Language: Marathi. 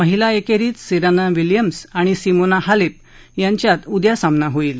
महिला एक्रीत सिरत्ता विल्यम्स आणि सीमोना हालप्र यांच्यात उद्या सामना होईल